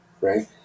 right